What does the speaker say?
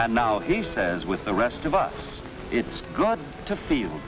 and now he says with the rest of us it's good to feel